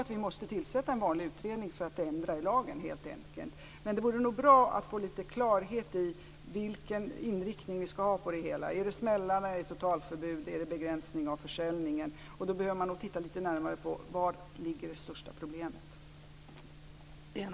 Vi måste nog tillsätta en vanlig utredning inför en förändring i lagen. Men det vore bra att få klarhet i vilken inriktning vi skall ha. Är det smällarna? Är det totalförbud? Är det begränsning av försäljningen? Då behöver man titta litet närmare på var det största problemet finns.